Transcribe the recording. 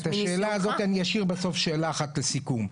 את השאלה הזאת אני אשאיר לסוף, שאלה אחת לסיכום.